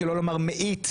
שלא לומר מאית,